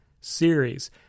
series